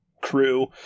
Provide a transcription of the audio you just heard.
crew